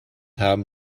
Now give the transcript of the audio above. haben